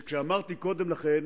מפני שכשאמרתי קודם לכן,